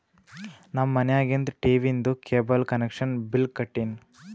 ನಮ್ ಮನ್ಯಾಗಿಂದ್ ಟೀವೀದು ಕೇಬಲ್ ಕನೆಕ್ಷನ್ದು ಬಿಲ್ ಕಟ್ಟಿನ್